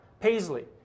paisley